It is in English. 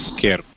care